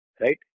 Right